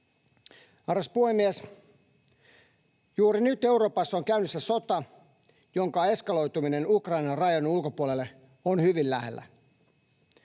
Arvoisa puhemies! Juuri nyt Euroopassa on käynnissä sota, jonka eskaloituminen Ukrainan rajojen ulkopuolelle on hyvin lähellä.